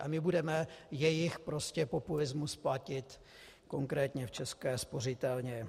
A my budeme jejich populismus platit konkrétně v České spořitelně.